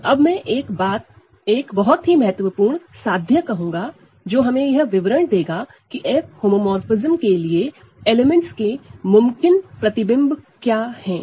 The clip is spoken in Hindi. तो अब मैं एक बहुत ही महत्वपूर्ण साध्य करूंगा जो हमें यह विवरण देगा की F होमोमोरफ़िज्म के लिए एलिमेंट्स की मुमकिन इमेज क्या है